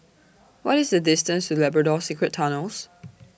What IS The distance to Labrador Secret Tunnels